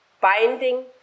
Binding